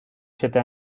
siete